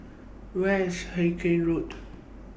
Where IS Hawkinge Road